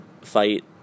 fight